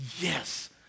yes